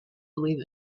believe